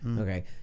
Okay